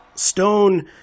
Stone